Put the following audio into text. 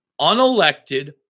unelected